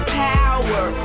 power